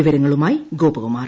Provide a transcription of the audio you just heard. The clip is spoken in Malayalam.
വിവരങ്ങളുമായി ഗോപകുമാർ